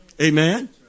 Amen